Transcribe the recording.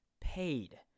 paid